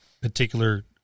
particular